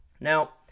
Now